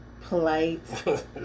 Polite